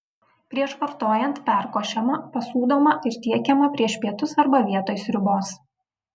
prieš vartojant perkošiama pasūdomą ir patiekiama prieš pietus arba vietoj sriubos